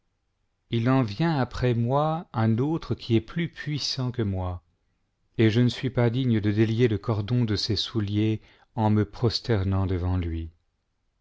il en vient après moi un autre qui est plus puissant que moi et je ne suis pas digne de délier le cordon de ses souliers en me prosternant devant lui